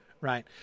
right